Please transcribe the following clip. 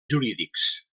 jurídics